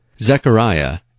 Zechariah